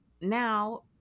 now